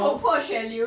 头破血流